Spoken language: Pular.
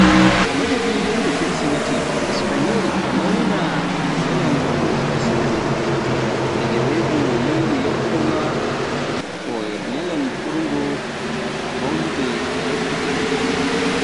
E madadi yannde kirsimeti, Españool en mawnina ñalngu Epiphanie ( lewru jeewegooYarkomaa) ko ñalngu ɓurngu mawnude e rokkude dokke,